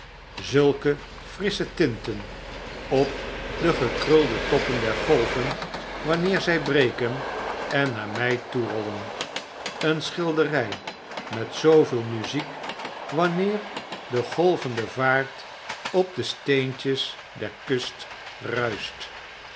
zulke frissche tinten op de gekrulde toppen der golven wanneer zy breken en naar my toe rollen een schildery met zooveel muziek wanneer de golvende vaart op de steentjes der kust